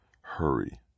hurry